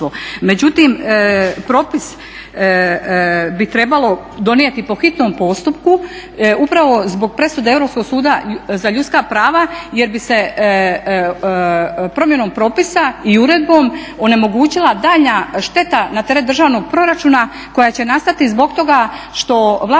Međutim, propis bi trebalo donijeti po hitnom postupku upravo zbog presude Europskog suda za ljudska prava jer bi se promjenom propisa i uredbom onemogućila daljnja šteta na teret državnog proračuna koja će nastati zbog toga što vlasnici